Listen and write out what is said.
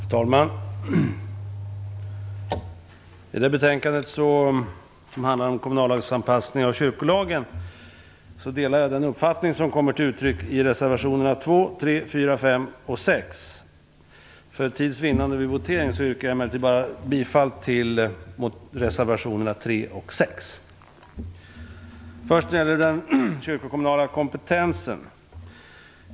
Fru talman! Det här betänkandet handlar om kommunallagsanpassningen av kyrkolagen. Jag delar den uppfattning som kommer till uttryck i reservationerna 2, 3, 4, 5 och 6. För tids vinnande vid voteringen yrkar jag emellertid bara bifall till reservationerna Först skall jag ta upp den kyrkokommunala kompetensen.